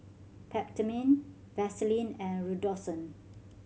Peptamen Vaselin and Redoxon